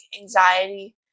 anxiety